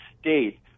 state